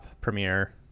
Premiere